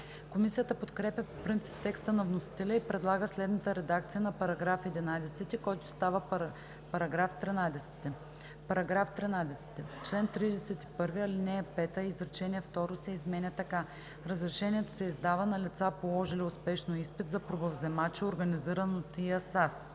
Комисията подкрепя по принцип текста на вносителя и предлага следната редакция на § 11, който става § 13: „§ 13. В чл. 31, ал. 5 изречение второ се изменя така: „Разрешението се издава на лица, положили успешно изпит за пробовземачи, организиран от ИАСАС“.“